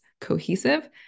cohesive